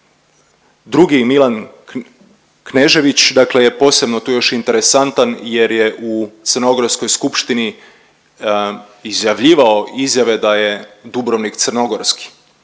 Drugi Milan Knežević, dakle je posebno tu još interesantan jer je u crnogorskoj Skupštini izjavljivao izjave da je Dubrovnik crnogorski.